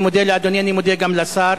אני מודה לאדוני, אני מודה גם לשר.